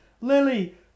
Lily